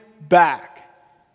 back